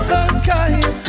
unkind